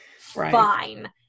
fine